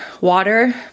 water